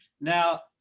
now